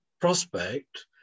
prospect